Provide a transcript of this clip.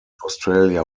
australia